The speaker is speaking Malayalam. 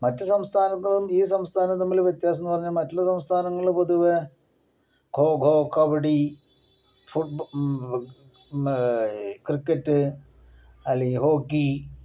മറ്റു സംസ്ഥാനവും ഈ സംസ്ഥാനവും തമ്മില് വ്യത്യാസംന്ന് പറഞ്ഞാൽ മറ്റുള്ള സംസ്ഥാനങ്ങള് പൊതുവേ കൊക്കൊ കബടി ഫുട്ബോൾ ക്രിക്കറ്റ് അല്ലെങ്കിൽ ഹോക്കി